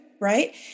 right